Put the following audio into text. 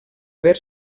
haver